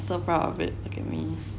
so proud of it look at me